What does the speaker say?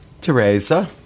Teresa